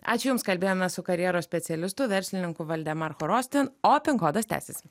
ačiū jums kalbėjome su karjeros specialistu verslininku valdemar chorostin o pin kodas tęsiasi